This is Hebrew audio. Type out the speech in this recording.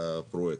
בפרויקט.